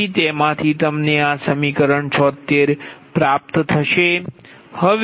તેથી તેમાંથી તમને આ સમીકરણ 76 મળશે